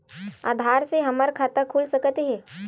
आधार से हमर खाता खुल सकत हे?